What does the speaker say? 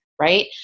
Right